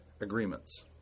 agreements